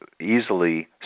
easily